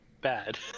bad